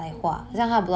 mmhmm